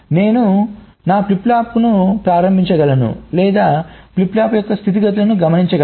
నేను నా ఫ్లిప్ ఫ్లాప్ను ప్రారంభించగలను లేదా ఫ్లిప్ ఫ్లాప్ యొక్క స్థితులను గమనించగలను